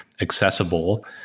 accessible